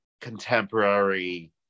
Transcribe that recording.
contemporary